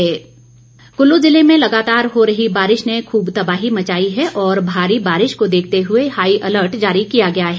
कुल्लु बारिश कुल्लू जिले में लगातार हो रही बारिश ने खूब तबाही मचाई है और भारी बारिश को देखते हुए हाई अलर्ट जारी किया गया है